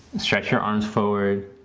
stretch your arms forward,